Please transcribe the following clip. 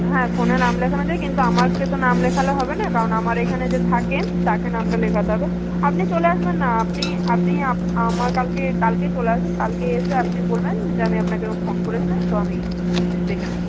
হ্যাঁ ফোনে নাম লেখানো যায় কিন্তু আমাকে তো নাম লেখালে হবে না কারণ আমার এইখানে যে থাকে তাকে নামটা লেখাতে হবে আপনি চলে আসবেন না আপনি আপনি আমার কালকে কালকেই চলে আসবেন কালকে এসে আপনি বলবেন যে আমি আপনাকে এরকম ফোন করেছিলাম তো আমি দেখে নেব